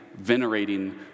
venerating